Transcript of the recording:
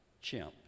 chimp